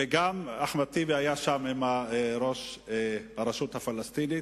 וגם אחמד טיבי היה שם עם ראש הרשות הפלסטינית,